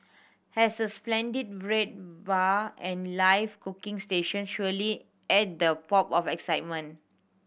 as a splendid bread bar and live cooking stations surely add the pop of excitement